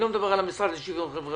אני לא מדבר על המשרד לשוויון חברתי,